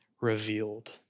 revealed